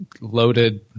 loaded